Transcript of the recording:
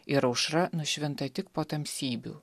ir aušra nušvinta tik po tamsybių